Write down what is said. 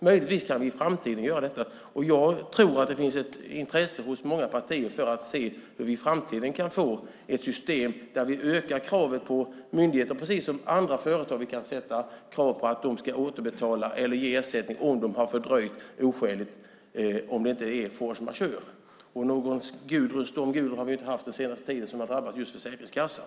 Möjligtvis kan vi i framtiden göra detta, och jag tror att det finns ett intresse hos många partier för att se hur vi i framtiden kan få ett system där vi ökar kravet på myndigheter precis som andra företag som vi kan ställa krav på att återbetala eller ge ersättning om en oskälig fördröjning har inträffat, om det inte är force majeure. Och någon stormen Gudrun har vi inte haft den senaste tiden som har drabbat just Försäkringskassan.